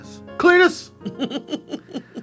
Cletus